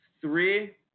three